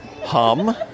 Hum